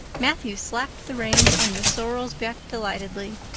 matthew slapped the reins on the sorrel's back delightedly.